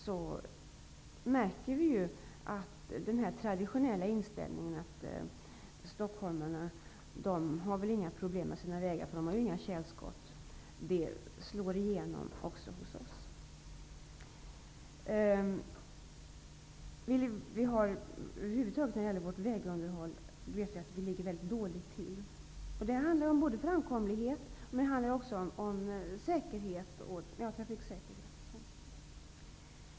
Vi märker att den traditionella inställningen ''stockholmarna har inga problem med sina vägar, för de har ju inga tjälskott'' slår igenom också hos oss. Vi ligger över huvud taget dåligt till med vårt vägunderhåll. Det handlar både om framkomlighet och trafiksäkerhet.